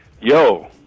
Yo